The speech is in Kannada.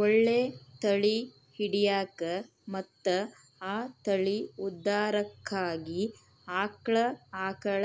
ಒಳ್ಳೆ ತಳಿ ಹಿಡ್ಯಾಕ ಮತ್ತ ಆ ತಳಿ ಉದ್ಧಾರಕ್ಕಾಗಿ ಆಕ್ಳಾ ಆಕಳ